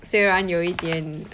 算然有一点